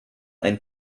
ein